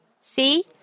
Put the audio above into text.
see